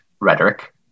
rhetoric